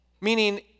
meaning